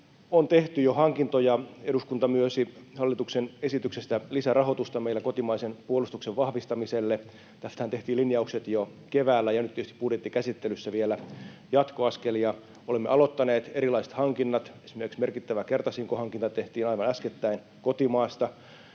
on tehty jo hankintoja. Eduskunta myönsi hallituksen esityksestä lisärahoitusta meillä kotimaisen puolustuksen vahvistamiselle. Tästähän tehtiin linjaukset jo keväällä ja nyt tietysti budjettikäsittelyssä vielä jatkoaskelia. Olemme aloittaneet erilaiset hankinnat, esimerkiksi merkittävä kertasinkohankinta tehtiin aivan äskettäin kotimaasta.